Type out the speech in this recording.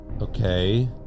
Okay